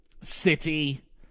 City